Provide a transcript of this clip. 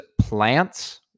plants